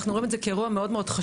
אנחנו רואים את זה כאירוע מאוד חשוב.